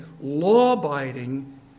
law-abiding